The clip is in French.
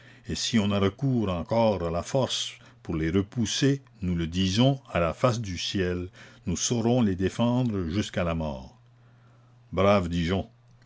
et si on a recours encore à la force pour les repousser nous le disons à la face du ciel nous saurons les défendre jusqu'à la mort brave digeon